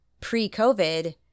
pre-COVID